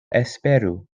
esperu